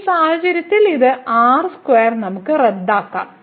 ഈ സാഹചര്യത്തിൽ ഈ r2 നമുക്ക് റദ്ദാക്കാം